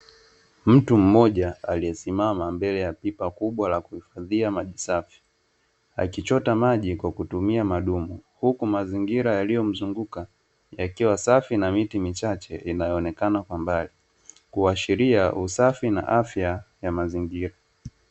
Mtu mmoja aliyesimama mbele ya pipa kubwa la kuhifadhia maji safi akichota maji kwa kutumia madumu, huku mazingira yaliyomzunguka yakiwa safi na miti michache inayooneka kwa mbali kuashiria usafi na afya ya mazingira.